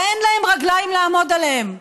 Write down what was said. אין להם רגליים לעמוד עליהן,